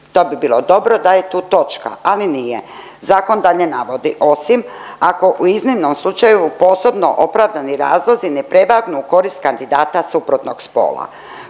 to bi bilo dobro da je tu točka, ali nije. Zakon dalje navodi, osim ako u iznimnom slučaju posebno opravdani razlozi ne prevagnu u korist kandidata suprotnog spola.